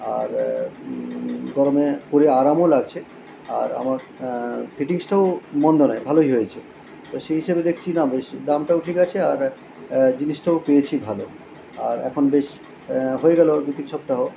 আর গরমে পরে আরামও লাগঝে আর আমার ফিটিংসটাও মন্দ নয় ভালোই হয়েছে তো সেই হিসাবে দেকছি না বেশ দামটাও ঠিক আছে আর জিনিসটাও পেয়েছি ভালো আর এখন বেশ হয়ে গেলো দু তিন সপ্তাহ